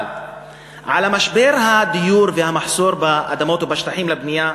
אבל על משבר הדיור והמחסור באדמות ובשטחים לבנייה,